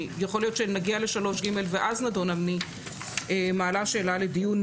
יכול להיות שנגיע לסעיף 3ג ואז נדון אבל אני מעלה שאלה לדיון.